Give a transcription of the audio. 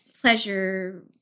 pleasure